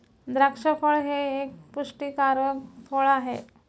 द्राक्ष फळ हे एक पुष्टीकारक फळ आहे